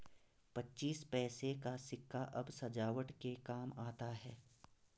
पच्चीस पैसे का सिक्का अब सजावट के काम आता है